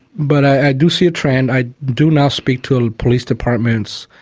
but i do see a trend, i do now speak to police departments.